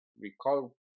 recall